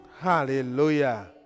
Hallelujah